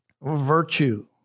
Virtue